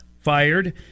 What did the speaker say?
fired